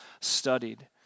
studied